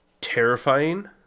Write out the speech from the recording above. terrifying